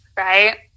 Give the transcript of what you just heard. Right